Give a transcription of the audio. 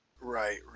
right